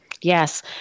Yes